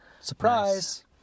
Surprise